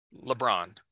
LeBron